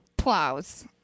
Plows